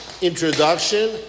introduction